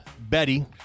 Betty